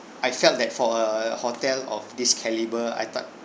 I felt that for a hotel of this calibre I thought